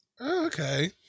okay